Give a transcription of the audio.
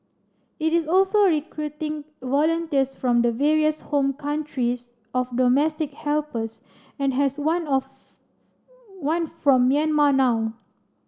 it is also recruiting volunteers from the various home countries of domestic helpers and has one of one from Myanmar now